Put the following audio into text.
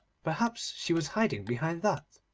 perhaps she was hiding behind that?